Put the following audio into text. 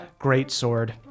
greatsword